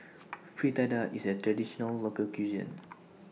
Fritada IS A Traditional Local Cuisine